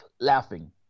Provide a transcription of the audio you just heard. laughing